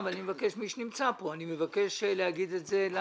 אנשים סבלו במשך כל התקופה הזו, ומי שמגיע לו